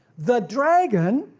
the dragon,